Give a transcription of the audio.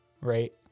right